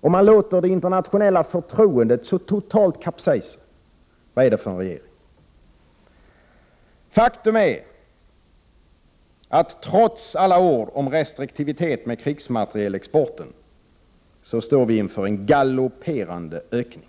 och låter det internationella förtroendet så totalt kapsejsa? Faktum är att vi trots alla ord om restriktivitet med krigsmaterielexport står inför en galopperande ökning.